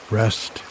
rest